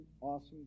awesome